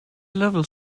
level